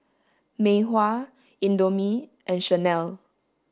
Mei Hua Indomie and Chanel